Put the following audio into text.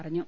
പറഞ്ഞു